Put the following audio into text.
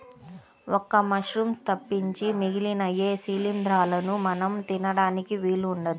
ఒక్క మశ్రూమ్స్ తప్పించి మిగిలిన ఏ శిలీంద్రాలనూ మనం తినడానికి వీలు ఉండదు